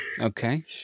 Okay